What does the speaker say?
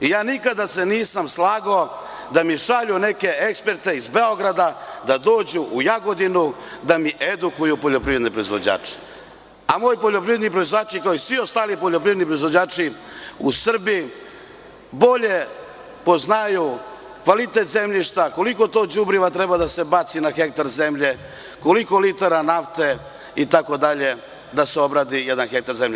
Nikada se nisam slagao da mi šalju neke eksperte iz Beograda da dođu u Jagodinu da mi edukuju poljoprivredne proizvođače, a moji poljoprivredni proizvođači kao i svi ostali poljoprivredni proizvođači u Srbiji bolje poznaju kvalitet zemljišta, koliko to đubriva treba da se baci na hektar zemlje, koliko litara nafte itd, da se obradi jedan hektar zemlje.